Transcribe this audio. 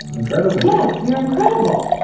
incredible. yes, you're incredible.